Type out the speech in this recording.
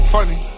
Funny